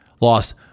lost